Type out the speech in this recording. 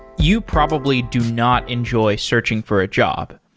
you probably do not enjoy searching for a job.